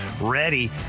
ready